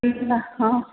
तेच ना हां